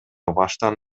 баштан